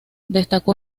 destacó